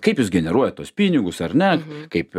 kaip jūs generuojat tuos pinigus ar ne kaip